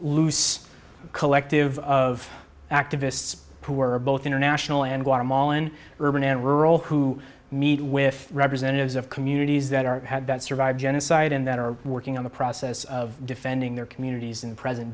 loose collective of activists who are both international and water mall and urban and rural who meet with representatives of communities that are had that survived genocide and that are working on the process of defending their communities in the present